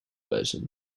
version